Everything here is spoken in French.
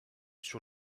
sur